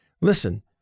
listen